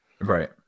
Right